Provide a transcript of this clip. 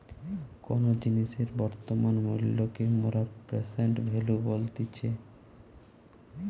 কোনো জিনিসের বর্তমান মূল্যকে মোরা প্রেসেন্ট ভ্যালু বলতেছি